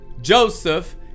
joseph